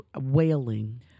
Wailing